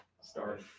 start